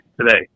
today